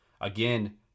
Again